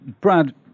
Brad